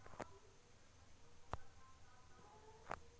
जलवायु एक विशिष्ट क्षेत्र का मौसम है जो लंबी अवधि में औसत होता है